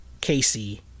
Casey